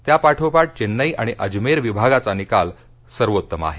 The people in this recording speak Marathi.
त्यापाठोपाठ चेन्नई आणि अजमेर विभागाचा निकाल सर्वोत्तम आहे